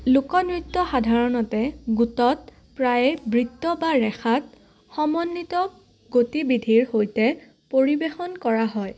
লোকনৃত্য সাধাৰণতে গোটত প্ৰায়ে বৃত্ত বা ৰেখাত সমন্বিত গতিবিধিৰ সৈতে পৰিৱেশন কৰা হয়